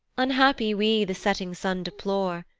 unhappy we the setting sun deplore,